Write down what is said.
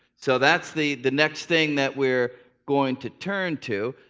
so that's the the next thing that we're going to turn to.